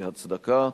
הצדקה.